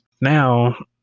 Now